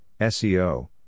SEO